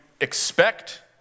expect